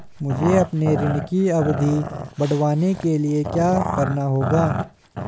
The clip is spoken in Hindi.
मुझे अपने ऋण की अवधि बढ़वाने के लिए क्या करना होगा?